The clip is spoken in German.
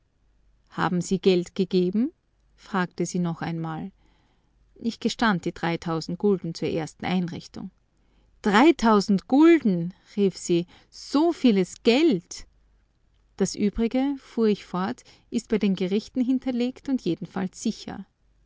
haben sie geld gegeben fragte sie noch einmal ich gestand die dreitausend gulden zur ersten einrichtung dreitausend gulden rief sie so vieles geld das übrige fuhr ich fort ist bei den gerichten hinterlegt und jedenfalls sicher